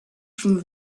from